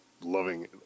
loving